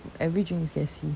every drink is gassy